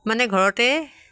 মানে ঘৰতে